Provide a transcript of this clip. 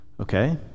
Okay